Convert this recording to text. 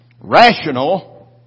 rational